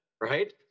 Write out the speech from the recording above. right